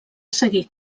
seguir